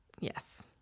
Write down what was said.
Yes